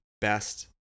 best